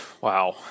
Wow